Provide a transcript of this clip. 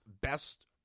best